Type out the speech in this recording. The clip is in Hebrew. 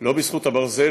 לא בזכות הברזל,